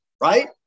Right